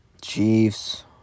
Chiefs